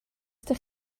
ydych